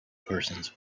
persons